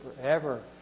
forever